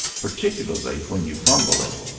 particularly when you fumble it,